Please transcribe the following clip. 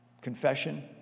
Confession